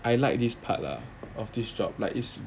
I like this part of this job like his